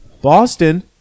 Boston